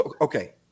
okay